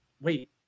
wait